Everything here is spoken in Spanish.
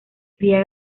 cría